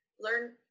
learn